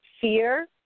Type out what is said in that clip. fear